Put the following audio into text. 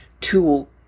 tool